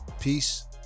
Peace